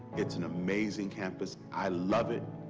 it's an amazing campus. i love it.